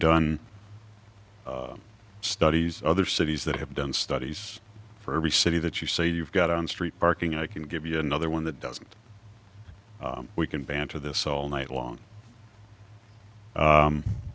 done studies other cities that have done studies for every city that you say you've got on street parking i can give you another one that doesn't we can banter this all night long